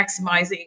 maximizing